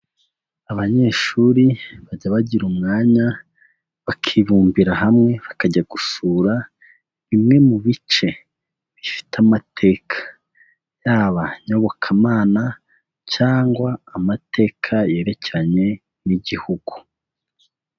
Abanyeshuri bajya bagira umwanya bakibumbira hamwe bakajya gusura bimwe mu bice bifite amateka, yaba nyobokamana cyangwa amateka yerekeranye n'Igihugu.